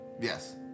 Yes